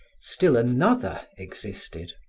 still another existed.